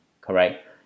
correct